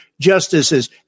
justices